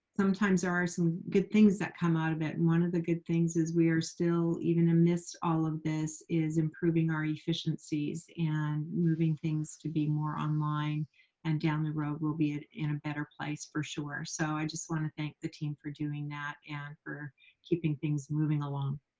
sometimes are some good things that come out of it. and one of the good things is we are still, even amidst all of this, is improving our efficiencies and moving things to be more online and down the road, we'll be in a better place, for sure. so i just want to thank the team for doing that and for keeping things moving moving along.